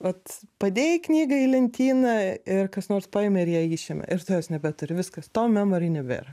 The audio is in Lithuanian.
vat padėjai knygą į lentyną ir kas nors paėmė ir ją išėmė ir tu jos nebeturi viskas to memory nebėra